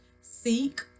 Seek